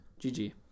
GG